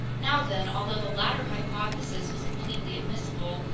now then, although the latter hypothesis was completely admissible,